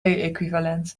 equivalent